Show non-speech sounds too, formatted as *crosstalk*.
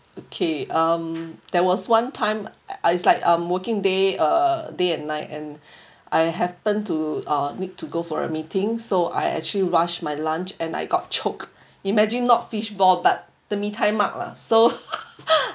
okay um there was one time I I was like I'm working day uh day and night and *breath* I happen to uh need to go for a meeting so I actually rushed my lunch and I got choked imagine not fishball but the mee tai mak lah so *laughs*